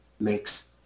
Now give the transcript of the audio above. makes –